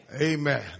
Amen